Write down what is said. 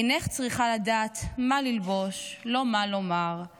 / אינך צריכה לדעת מה ללבוש / לא מה לומר /